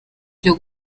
byo